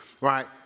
right